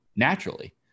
naturally